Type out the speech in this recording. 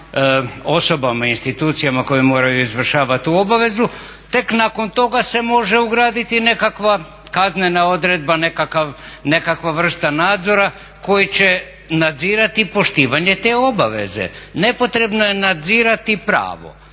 osobama i institucijama koje moraju izvršavati tu obavezu tek nakon toga se može ugraditi nekakva kaznena odredba, nekakva vrsta nadzora koji će nadzirati poštivanje te obveze. Nepotrebno je nadzirati pravo.